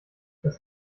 das